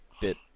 bit